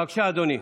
בבקשה אדוני,